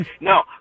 No